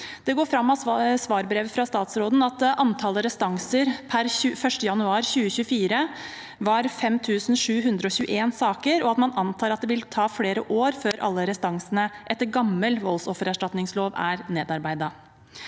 Det går fram av svarbrevet fra statsråden at antallet restanser per 1. januar 2024 var 5 721 saker, og at man antar at det vil ta flere år før alle restansene etter gammel voldsoffererstatningslov er nedarbeidet.